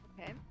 Okay